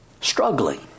Struggling